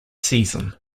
season